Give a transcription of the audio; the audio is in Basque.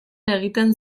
egiten